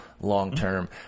long-term